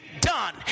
done